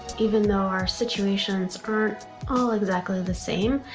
even though our situations aren't all exactly the same,